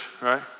right